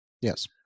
Yes